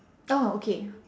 oh okay